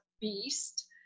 beast